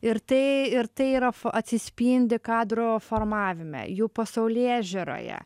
ir tai ir tai yra atsispindi kadro formavime jų pasaulėžiūroje